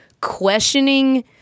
questioning